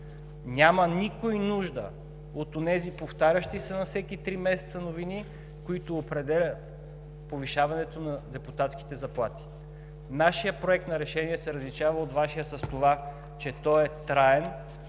няма нужда от онези повтарящи се на всеки три месеца новини, които определят повишаването на депутатските заплати. Нашият Проект на решение се различава от Вашия с това, че той е траен,